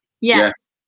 Yes